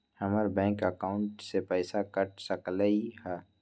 हमर bank account से पैसा कट सकलइ ह?